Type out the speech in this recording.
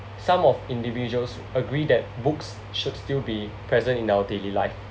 some of individuals agree that books should still be present in our daily life